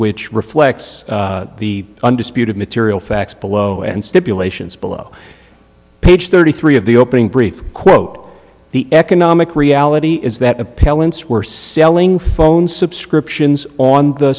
which reflects the undisputed material facts below and stipulations below page thirty three of the opening brief quote the economic reality is that appellant's were selling phone subscriptions on the